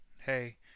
hey